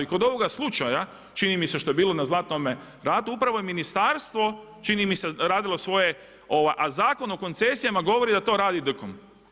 I kod ovoga slučaja čini mi se što je bilo na Zlatnome ratu upravo je ministarstvo čini mi se radilo svoje, a Zakon o koncesijama govori da to radi DKM.